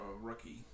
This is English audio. rookie